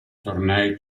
tornei